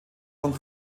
von